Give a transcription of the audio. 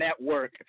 Network